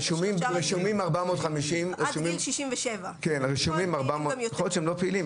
רשומים 450 --- עד גיל 67. יכול להיות שהם לא פעילים,